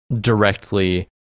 directly